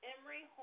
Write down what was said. Emory